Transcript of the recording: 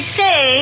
say